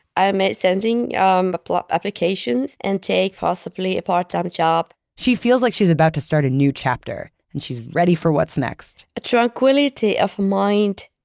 i am ah sending um applications and take possibly a part-time job. she feels like she's about to start a new chapter, and she's ready for what's next tranquility of mind,